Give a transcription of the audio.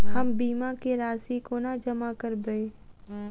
हम बीमा केँ राशि कोना जमा करबै?